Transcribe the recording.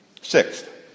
Sixth